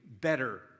better